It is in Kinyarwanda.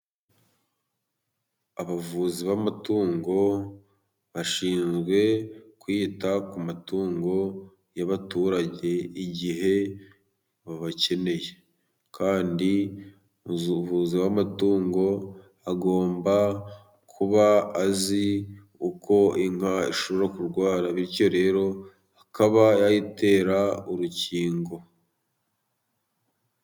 Abavuzi b'amatungo bashinzwe, kwita ku matungo y'abaturage, igihe babakeneye kandi umuvuzi w'amatungo, agomba kuba azi uko inka ishobora kurwara, bityo rero akaba yayi tera urukingo.